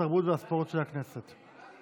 התרבות והספורט של הכנסת.